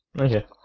Okay